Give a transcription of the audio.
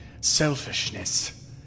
selfishness